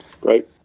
Great